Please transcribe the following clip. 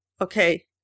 Okay